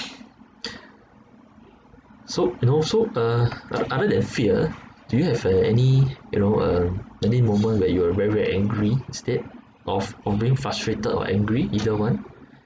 so and also uh other than fear do you have uh any you know um any moment where you were very very angry instead of or being frustrated or angry either one